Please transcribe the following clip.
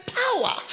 power